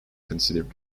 considered